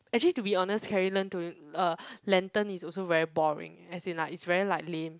actually to be honest carry lentu~ uh lantern is also very boring as in like it's very like lame